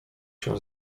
się